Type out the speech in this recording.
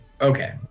Okay